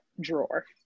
drawer